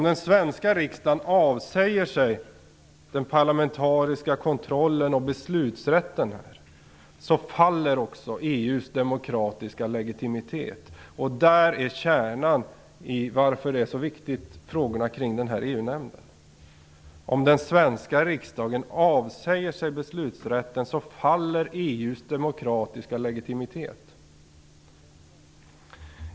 Det är därför frågorna kring EU-nämnden är så viktiga. Om den svenska riksdagen avsäger sig den parlamentariska kontrollen och beslutanderätten faller också EU:s demokratiska legitimitet.